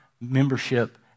membership